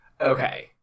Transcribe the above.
Okay